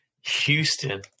Houston